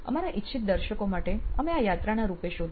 અમારા ઈચ્છીત દર્શકો માટે અમે આ યાત્રાના રૂપે શોધ્યું